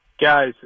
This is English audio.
Guys